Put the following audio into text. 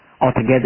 altogether